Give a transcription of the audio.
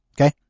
Okay